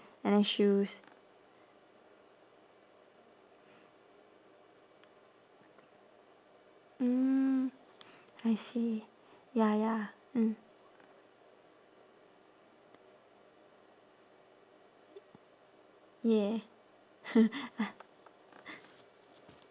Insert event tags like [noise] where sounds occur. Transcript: and then shoes mm I see ya ya mm ya [noise]